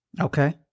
Okay